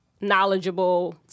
knowledgeable